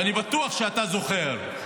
ואני בטוח שאתה זוכר,